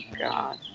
God